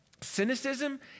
cynicism